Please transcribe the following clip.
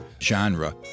genre